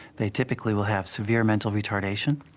they typically will have severe mental retardation,